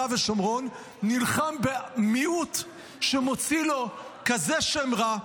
ושומרון נלחם במיעוט שמוציא לו כזה שם רע,